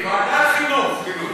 ועדת חינוך.